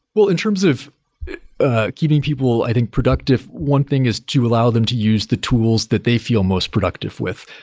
well, in terms of ah keeping people, i think productive, one thing is to allow them to use the tools that they feel most productive with.